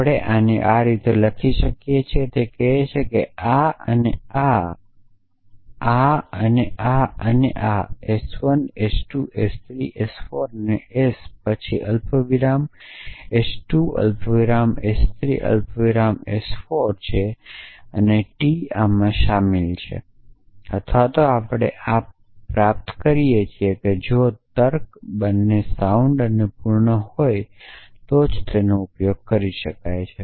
આપણે આને આ રીતે લખીએ છીએ કે તે કહે છે કે આ અને આ અને આ અને આ છે આ s 1 s 2 s 3 s 4 છે પછી s1s 2s 3 s 4 છે અને ટી આમાં શામેલ છે અથવા આમાથી મળે છે જો તર્ક બંને સાઉન્ડ અને પૂર્ણ હોય તો જ તેનો ઉપયોગ કરી શકાય છે